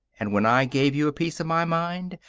and when i gave you a piece of my mind,